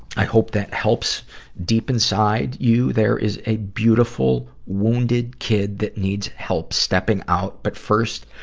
i hope that helps deep inside you, there is a beautiful, wounded kid that needs help stepping out. but first,